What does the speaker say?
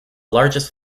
largest